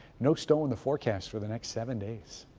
no snow in the forecast for the next seven days.